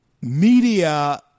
media